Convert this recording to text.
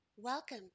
Welcome